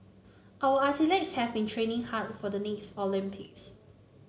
our athletes have been training hard for the next Olympics